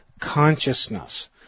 consciousness